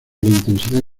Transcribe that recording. intensidad